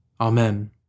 Amen